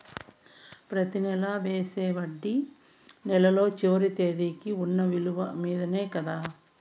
ప్రతి నెల వేసే వడ్డీ నెలలో చివరి తేదీకి వున్న నిలువ మీదనే కదా?